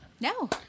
No